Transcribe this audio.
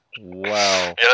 Wow